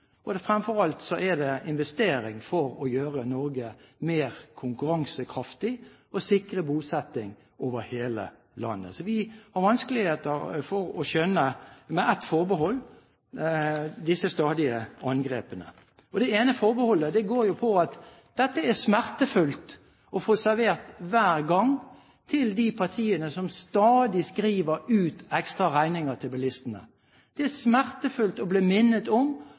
generasjonsperspektiv, og fremfor alt er det en investering for å gjøre Norge mer konkurransekraftig og sikre bosetning over hele landet. Så vi har vanskeligheter for å skjønne, med ett forbehold, disse stadige angrepene. Det ene forbeholdet går på at dette er smertefullt å få servert hver gang til de partiene som stadig skriver ut ekstra regninger til bilistene. Det er smertefullt å bli minnet om